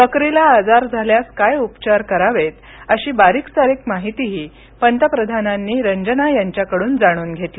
बकरी ला आजार झाल्यास काय उपचार करावेत अशी बारिकसारिक माहितीही पंतप्रधानांनी रंजना यांच्याकडून जाणून घेतली